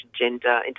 gender